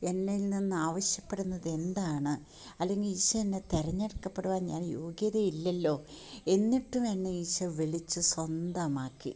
എന്നിൽ നിന്ന് ആവശ്യപ്പെടുന്നത് എന്താണ് അല്ലെങ്കിൽ ഈശോ എന്നെ തിരഞ്ഞെടുക്കപ്പെടുവാൻ ഞാൻ യോഗ്യത ഇല്ലല്ലോ എന്നിട്ടും എന്നെ ഈശോ വിളിച്ചു സ്വന്തമാക്കി